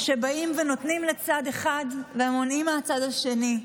כשבאים ונותנים לצד אחד ומונעים מהצד השני,